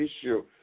issue